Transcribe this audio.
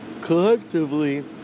collectively